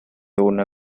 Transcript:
una